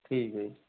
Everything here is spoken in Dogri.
ठीक ऐ जी